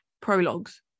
prologues